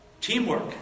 teamwork